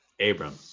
Abram